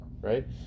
right